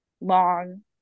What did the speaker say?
long